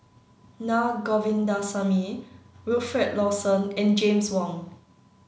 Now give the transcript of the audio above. Na Govindasamy Wilfed Lawson and James Wong